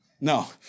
No